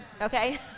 Okay